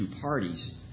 parties